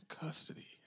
custody